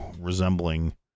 resembling